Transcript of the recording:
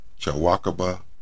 Chawakaba